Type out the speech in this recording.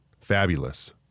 fabulous